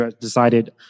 decided